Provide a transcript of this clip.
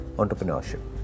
entrepreneurship